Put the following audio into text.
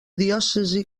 diòcesi